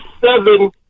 seven